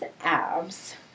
abs